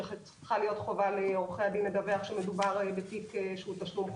שצריכה להיות חובה לעורכי הדין לדווח שמדובר בתיק שהוא תשלום חובה.